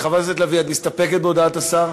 חברת הכנסת לביא, את מסתפקת בהודעת השר?